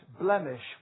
blemish